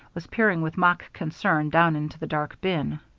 was peering with mock concern down into the dark bin.